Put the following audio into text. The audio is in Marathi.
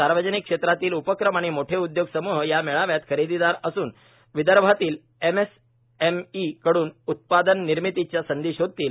सार्वजनिक क्षेत्रातील उपक्रम आणि मोठे उद्योग समूह या मेळाव्यात खरेदीदार असून ते विदर्भातील एमएसएमई कड्न उत्पादननिर्मितीच्या संधी शोधतील